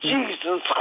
Jesus